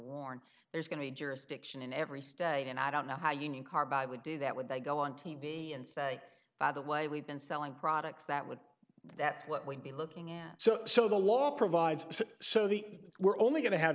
to there's going to be jurisdiction in every state and i don't know how union carbide would do that would they go on t v and say by the way we've been selling products that would that's what we'd be looking at so so the law provides so the we're only going to have